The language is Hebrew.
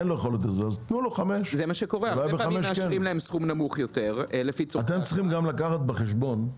תנו לו 5. אתם גם צריכים לקחת בחשבון,